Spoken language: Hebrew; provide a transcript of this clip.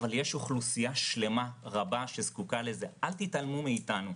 אבל יש אוכלוסייה שלמה רבה שזקוקה לזה - אל תתעלמו מאיתנו.